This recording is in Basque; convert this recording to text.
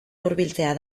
hurbiltzea